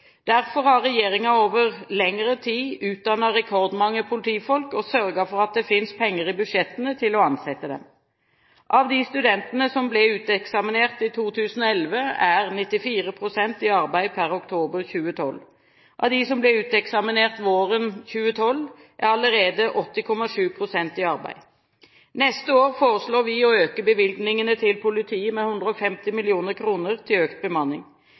Derfor har regjeringen over lengre tid utdannet rekordmange politifolk og sørget for at det finnes penger i budsjettene til å ansette dem. Av de studentene som ble uteksaminert i 2011, er 94 pst. i arbeid per oktober 2012. Av dem som ble uteksaminert våren 2012, er allerede 80,7 pst. i arbeid. Neste år foreslår vi å øke bevilgningene til politiet med 150 mill. kr til økt bemanning.